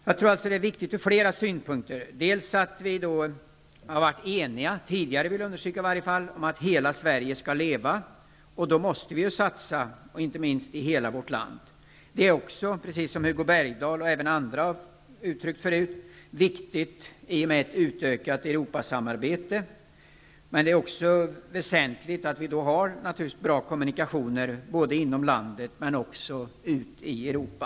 Jag tror att det är viktigt från flera synpunkter. I varje fall tidigare har vi ju varit eniga om att hela Sverige skall leva. Då måste vi satsa i hela vårt land. Precis som bl.a. Hugo Bergdahl tidigare har gett uttryck för är detta viktigt i och med ett utökat Europasamarbete. Det är naturligtvis också väsentligt att vi har goda kommunikationer både inom landet och även med Europa.